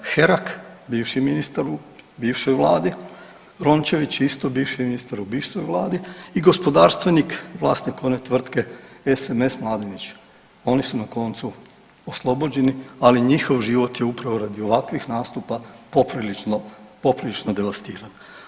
Herak bivši ministar u bivšoj vladi, Rončević isto bivši ministar u bivšoj vladi i gospodarstvenik vlasnik one tvrtke SMS Mladinić, oni su na koncu oslobođeni, ali njihov život je upravo radi ovakvih nastupa poprilično, poprilično devastiran.